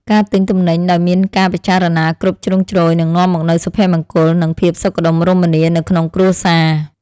ការទិញទំនិញដោយមានការពិចារណាគ្រប់ជ្រុងជ្រោយនឹងនាំមកនូវសុភមង្គលនិងភាពសុខដុមរមនានៅក្នុងគ្រួសារ។